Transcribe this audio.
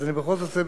אז בכל זאת,